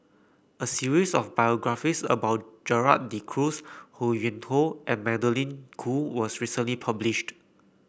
a series of biographies about Gerald De Cruz Ho Yuen Hoe and Magdalene Khoo was recently published